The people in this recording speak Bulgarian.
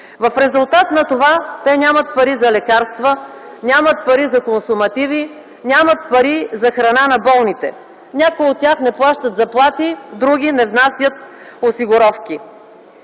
В резултат на това те нямат пари за лекарства, нямат пари за консумативи, нямат пари за храна на болните. Някои от тях не плащат заплати, други не внасят осигуровки.